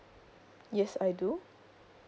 yes I do